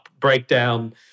breakdown